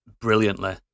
brilliantly